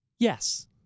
Yes